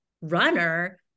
runner